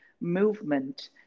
movement